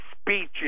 speeches